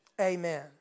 Amen